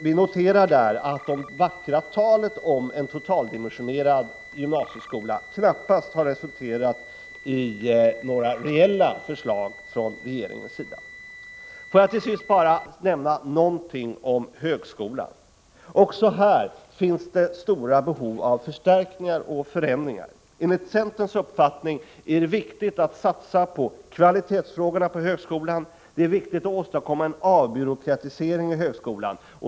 Vi noterar att det vackra talet om en totaldimensionerad gymnasieskola knappast har resulterat i några reella förslag från regeringen. Får jag vidare bara nämna någonting om högskolan. Också här finns det stora behov av förstärkningar och förändringar. Enligt centerns uppfattning är det viktigt att satsa på kvalitetsfrågorna då det gäller högskolan. Det är viktigt att åstadkomma en avbyråkratisering i högskolan.